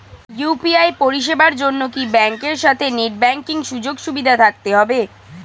UPI পরিষেবার জন্য কি ব্যাংকের সাথে নেট ব্যাঙ্কিং সুযোগ সুবিধা থাকতে হবে?